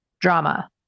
drama